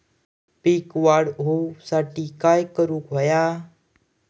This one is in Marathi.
पीक वाढ होऊसाठी काय करूक हव्या?